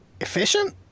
Efficient